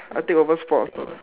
I take over sports